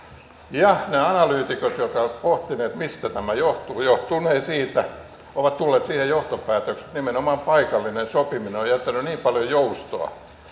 ja ne analyytikot jotka ovat pohtineet mistä tämä johtuu johtuu ovat tulleet siihen johtopäätökseen että nimenomaan paikallinen sopiminen on jättänyt niin paljon joustoa